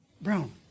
brown